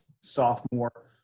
sophomore